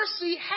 mercy